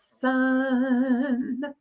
sun